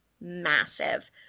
massive